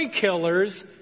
killers